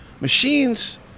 machines